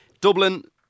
Dublin